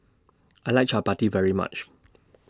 I like Chappati very much